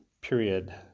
period